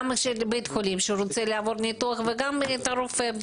גם של בית חולים שבו רוצה לעבור ניתוח וגם את הרופא.